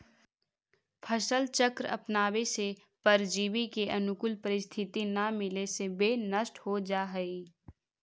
फसल चक्र अपनावे से परजीवी के अनुकूल परिस्थिति न मिले से वे नष्ट हो जाऽ हइ